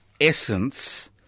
essence